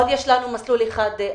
עוד יש לנו מסלול ארוך.